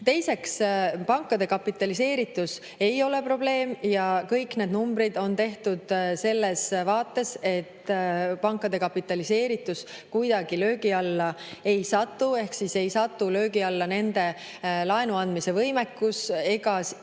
Teiseks, pankade kapitaliseeritus ei ole probleem ja kõik need numbrid on tehtud selles vaates, et pankade kapitaliseeritus kuidagi löögi alla ei satuks. Ehk siis, löögi alla ei satu nende laenuandmise võimekus. Laenude